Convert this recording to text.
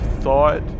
thought